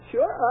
Sure